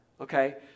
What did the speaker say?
Okay